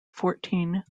fourteen